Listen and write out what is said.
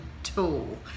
tool